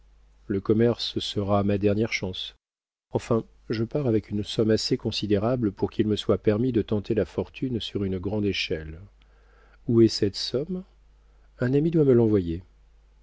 le commerce sera ma dernière chance enfin je pars avec une somme assez considérable pour qu'il me soit permis de tenter la fortune sur une grande échelle où est cette somme un ami doit me l'envoyer